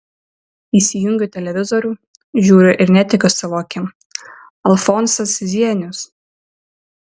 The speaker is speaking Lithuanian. įsijungiu televizorių žiūriu ir netikiu savo akim alfonsas zienius